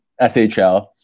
SHL